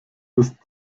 bis